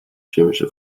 chemische